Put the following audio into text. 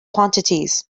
quantities